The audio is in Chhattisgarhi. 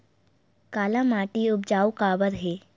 काला माटी उपजाऊ काबर हे?